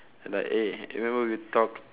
and like eh remember we talked